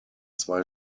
zwei